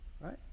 right